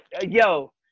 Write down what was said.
Yo